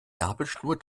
nabelschnur